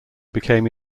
became